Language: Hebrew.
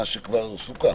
מה שכבר סוכם.